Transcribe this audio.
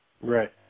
Right